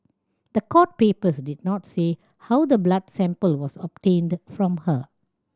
the court papers did not say how the blood sample was obtained from her